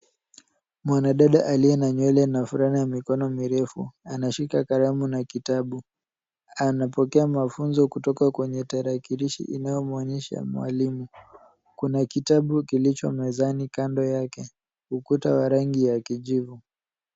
Mwanadada aliye na nywele na fulana ya mikono mirefu anashika kalamu na kitabu, anapokea mafunzo kutoka kwenye tarakilishi inayomwonyesha mwalimu. Kuna kitabu kilicho mezani kando yake, ukuta wa rangi ya kijivu.